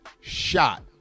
shot